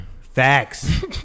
Facts